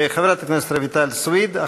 חברת הכנסת רויטל סויד.